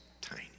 tiny